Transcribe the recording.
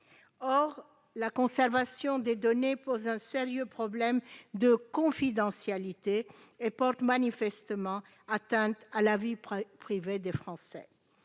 Or la conservation des données pose un sérieux problème de confidentialité et porte manifestement atteinte à la vie privée des Français.